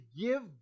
give